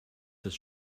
das